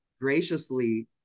graciously